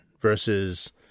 versus